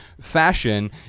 fashion